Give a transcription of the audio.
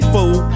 Fool